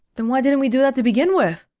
then why didn't we do that to begin with?